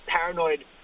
paranoid